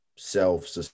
Self